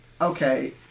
Okay